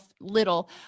little